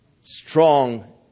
Strong